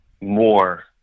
more